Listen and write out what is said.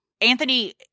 anthony